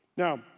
Now